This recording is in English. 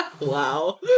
Wow